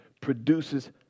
produces